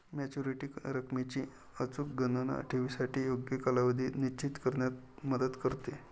maturity रकमेची अचूक गणना ठेवीसाठी योग्य कालावधी निश्चित करण्यात मदत करते